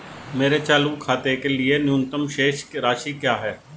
मेरे चालू खाते के लिए न्यूनतम शेष राशि क्या है?